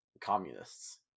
communists